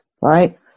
right